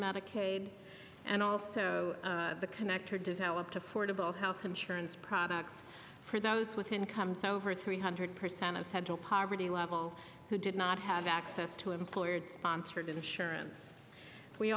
medicaid and also the connector developed affordable health insurance products for those with incomes over three hundred percent of federal poverty level who did not have access to employer sponsored insurance we